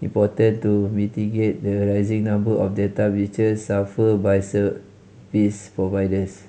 important to mitigate the rising number of data breaches suffered by service providers